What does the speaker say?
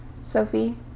Sophie